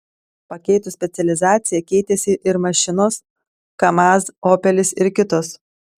pakeitus specializaciją keitėsi ir mašinos kamaz opelis ir kitos